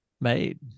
made